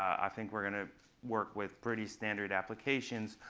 i think we're going to work with pretty standard applications,